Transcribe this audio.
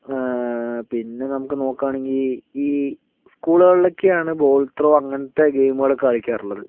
പിന്നെ നമുക്ക് നോക്കുകയാണെങ്കിൽ ഈ സ്കൂളുകളിലൊക്കെയാണ് ബോൾ ത്രോ അങ്ങനത്തെ ഗെയിമുകൾ കളിക്കാറുള്ളത്